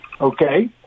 okay